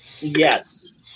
Yes